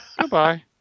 Goodbye